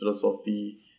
philosophy